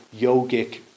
yogic